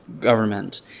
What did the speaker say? government